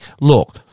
look